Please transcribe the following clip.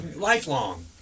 Lifelong